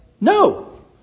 No